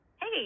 Hey